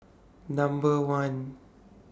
Number one